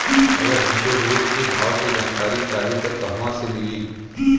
अगर हमके रोज के भाव के जानकारी चाही त कहवा से मिली?